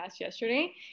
yesterday